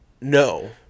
No